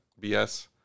BS